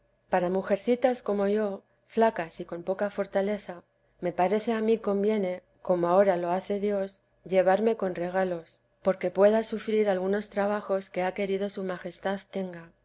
para mujercitas como yo flacas y con poca fortaleza me parece a mí conviene como ahora lo hace dios llevarme con regalos porque pueda sufrir algunos trabajos que ha querido su majestad tenga